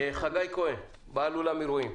חגי כהן, בעל אולם אירועים.